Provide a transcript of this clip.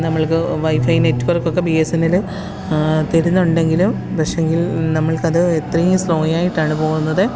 നമ്മള്ക്ക് വൈഫൈ നെറ്റ്വര്ക്കൊക്കെ B S N L തരുന്നുണ്ടെങ്കിലും പക്ഷെ എങ്കില് നമ്മള്ക്കത് എത്രയും സ്ലോ ആയിട്ടാണ് പോകുന്നത്